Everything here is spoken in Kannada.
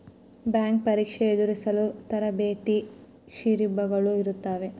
ಬ್ಯಾಂಕ್ ಪರೀಕ್ಷೆ ಎದುರಿಸಲು ತರಬೇತಿ ಶಿಬಿರಗಳು ಇರುತ್ತವೆ